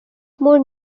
মোৰ